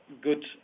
good